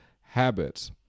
habits